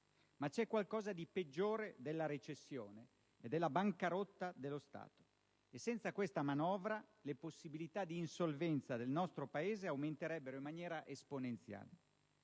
però qualcosa di peggiore della recessione, ed è la bancarotta dello Stato. Senza questa manovra, le possibilità di insolvenza del nostro Paese aumenterebbero in maniera esponenziale.